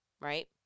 right